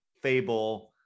Fable